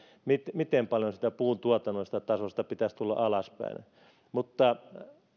miten paljon siitä puun tuotannollisesta tasosta pitäisi tulla alaspäin mutta